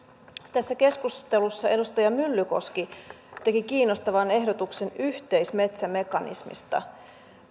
tässä keskustelussa edustaja myllykoski teki kiinnostavan ehdotuksen yhteismetsämekanismista